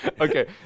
Okay